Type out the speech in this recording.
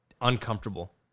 uncomfortable